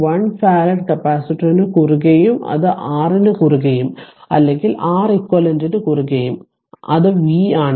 1 farad കപ്പാസിറ്ററിനു കുറുകെയും അത് R ന് കുറുകെയും അല്ലെങ്കിൽ Req ന് കുറുകെയും അത് v ആണ്